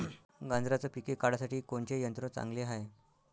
गांजराचं पिके काढासाठी कोनचे यंत्र चांगले हाय?